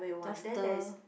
does the